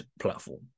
platform